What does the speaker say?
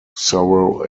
sorrow